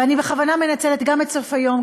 ואני בכוונה מנצלת גם את סוף היום,